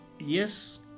yes